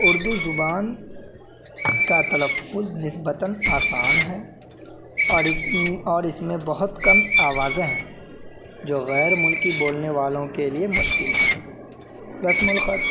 اردو زبان کا تلفظ نسبتاً آسان ہے اور اور اس میں بہت کم آوازیں ہیں جو غیر ملکی بولنے والوں کے لیے مشکل ہے رسم الخط